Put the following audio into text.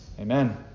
Amen